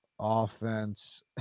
offense